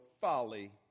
folly